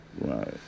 Right